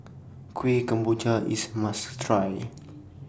Kueh Kemboja IS must Try